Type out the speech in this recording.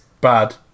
Bad